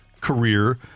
career